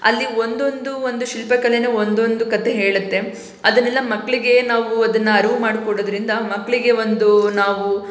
ಅಲ್ಲಿ ಒಂದೊಂದು ಒಂದು ಶಿಲ್ಪಕಲೆಯೂ ಒಂದೊಂದು ಕತೆ ಹೇಳುತ್ತೆ ಅದನ್ನೆಲ್ಲ ಮಕ್ಕಳಿಗೆ ನಾವು ಅದನ್ನು ಅರಿವು ಮಾಡಿಕೊಡೋದ್ರಿಂದ ಮಕ್ಕಳಿಗೆ ಒಂದು ನಾವು